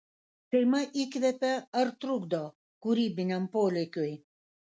šeima įkvepia ar trukdo kūrybiniam polėkiui